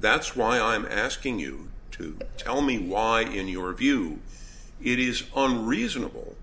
that's why i'm asking you to tell me why in your view it is on reasonable